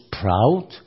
proud